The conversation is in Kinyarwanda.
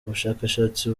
ubushakashatsi